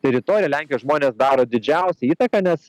teritoriją lenkijos žmonės daro didžiausią įtaką nes